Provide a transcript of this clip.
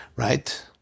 Right